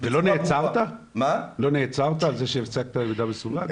לא נעצרת על זה שהשגת מידע מסווג?